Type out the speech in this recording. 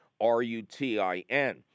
R-U-T-I-N